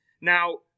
Now